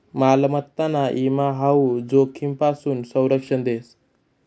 मालमत्ताना ईमा हाऊ जोखीमपासून संरक्षण देस